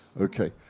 Okay